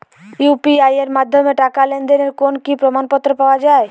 UPI এর মাধ্যমে টাকা লেনদেনের কোন কি প্রমাণপত্র পাওয়া য়ায়?